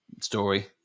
story